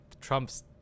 trump's